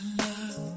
love